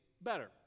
better